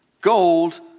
gold